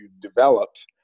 developed